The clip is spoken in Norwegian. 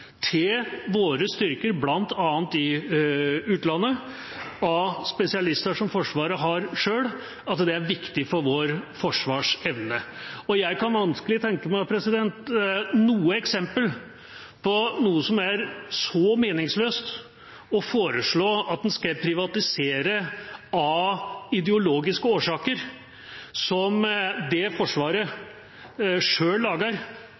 til våre styrker, bl.a. i utlandet, av spesialister som Forsvaret har selv. Jeg kan vanskelig tenke meg et eksempel på noe som er så meningsløst å foreslå å privatisere av ideologiske årsaker som det Forsvaret selv lager,